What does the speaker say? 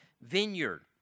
vineyard